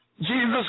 Jesus